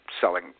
selling